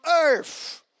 earth